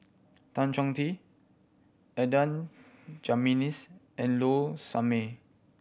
Tan Chong Tee Adan Jimenez and Low Sanmay